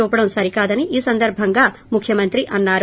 చూపడం సరి కాదని ఈ సందర్బంగా ముఖ్యమంత్రి అన్నారు